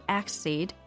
acid